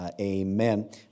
amen